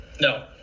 No